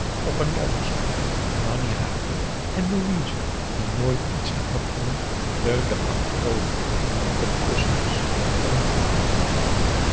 op een luierdstoel nanni haakte en louise die nooit iets ter hand nam leunde achterover op de kussens van een divan